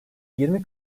yirmi